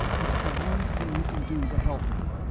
it's the one thing you can do to help me.